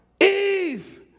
Eve